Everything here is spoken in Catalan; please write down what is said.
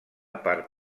part